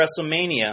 WrestleMania